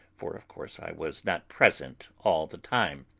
for of course i was not present all the time.